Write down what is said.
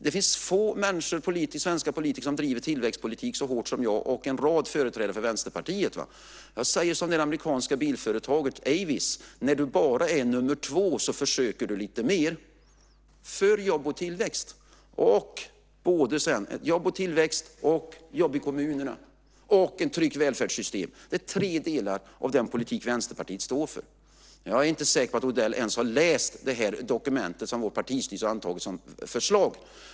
Det finns få svenska politiker som driver tillväxtpolitik så hårt som jag och en rad andra företrädare för Vänsterpartiet. Jag säger som det amerikanska bilföretaget Avis: När du bara är nummer två försöker du lite mer. Vi är för jobb och tillväxt, för jobb i kommunerna och för ett tryggt välfärdssystem. Det är tre delar i den politik som Vänsterpartiet står för. Jag är inte säker på att Odell ens har läst det dokument som vår partistyrelse har antagit som förslag.